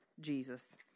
Jesus